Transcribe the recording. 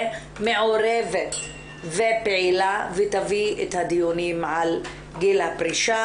מעורבת ופעילה ותביא את הדיונים על גיל הפרישה.